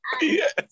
yes